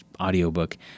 audiobook